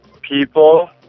people